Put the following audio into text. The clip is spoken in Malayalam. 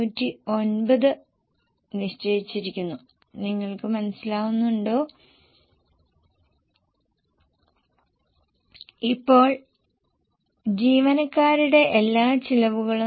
8 എംപ്ലോയീസ് കോസ്റ്റ് വേരിയബിൾ 276 ഫിക്സഡ് 118 മറ്റ് നിർമ്മാണച്ചെലവുകൾ ഇവിടെ നൽകിയിട്ടില്ല വേരിയബിലിറ്റി വിൽപ്പനയുടെ ശതമാനം നമുക്ക് കുറയ്ക്കാം ഇതാണ് മറ്റ് നിർമ്മാണ ചിലവുകൾ